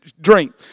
drink